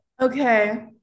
Okay